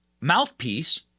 mouthpiece